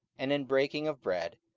and in breaking of bread,